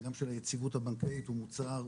גם של היציבות הבנקאית הוא מוצר,